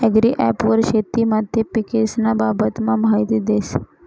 agri app वर शेती माती पीकेस्न्या बाबतमा माहिती देस